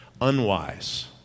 unwise